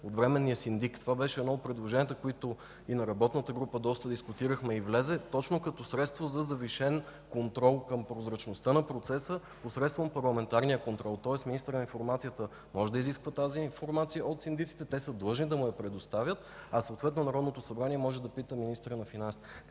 от временния синдик. Това беше едно от предложенията, които и на работната група доста дискутирахме и влезе точно като средство за завишен контрол към прозрачността на процеса, посредством парламентарния контрол. Тоест министърът на финансите може да изисква тази информация от синдиците – те са длъжни да му я предоставят, а съответно Народното събрание може да пита министъра на финансите.